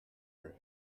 your